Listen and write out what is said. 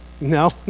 No